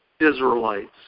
Israelites